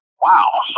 Wow